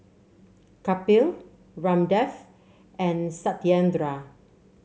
Kapil Ramdev and Satyendra